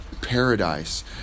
paradise